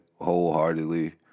wholeheartedly